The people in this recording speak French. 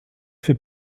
fait